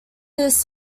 this